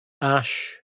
ash